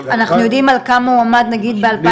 אנחנו יודעים נגיד על כמה הוא עמד ב-2018?